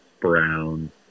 brown